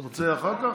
אתה רוצה אחר כך?